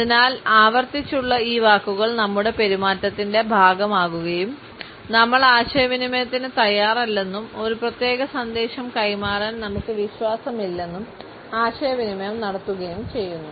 അതിനാൽ ആവർത്തിച്ചുള്ള ഈ വാക്കുകൾ നമ്മുടെ പെരുമാറ്റത്തിൻറെ ഭാഗമാകുകയും നമ്മൾ ആശയവിനിമയത്തിനു തയ്യാറല്ലെന്നും ഒരു പ്രത്യേക സന്ദേശം കൈമാറാൻ നമുക്ക് വിശ്വാസമില്ലെന്നും ആശയവിനിമയം നടത്തുകയും ചെയ്യുന്നു